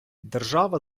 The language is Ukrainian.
держава